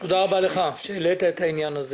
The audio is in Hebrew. תודה רבה לך שהעלית את העניין.